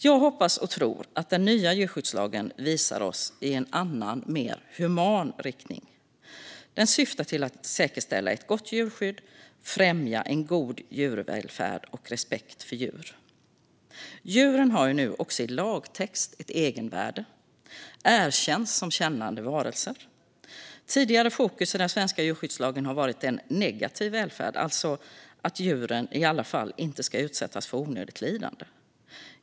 Jag hoppas och tror att den nya djurskyddslagen pekar ut en annan, mer human riktning. Den syftar till att säkerställa ett gott djurskydd och främja en god djurvälfärd och respekt för djur. Djuren har nu även i lagtext ett egenvärde och erkänns som kännande varelser. Tidigare fokus i den svenska djurskyddslagen har varit en negativ välfärd, alltså att djuren i alla fall inte ska utsättas för onödigt lidande.